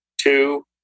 two